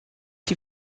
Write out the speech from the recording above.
die